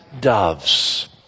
doves